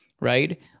Right